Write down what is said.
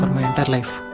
my life.